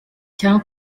cya